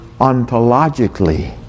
ontologically